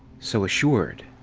so assured.